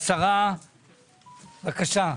השרה, בבקשה.